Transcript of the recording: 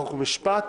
חוק ומשפט,